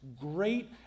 great